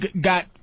got